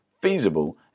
feasible